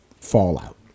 Fallout